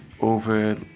over